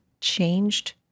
changed